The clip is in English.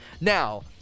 Now